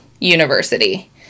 university